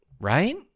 right